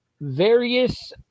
various